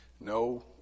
No